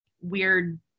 weird